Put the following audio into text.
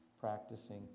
practicing